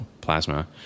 plasma